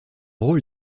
rôle